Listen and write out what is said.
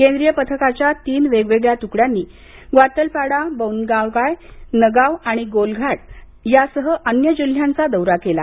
केंद्रीय पथकाच्या तीन वेगवेगळ्या तुकड्यांनी ग्वातलपाडा बौनगायगांव नगांव आणि गोलाघाट सह अन्य जिल्ह्यांचा दौरा केला